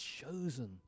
chosen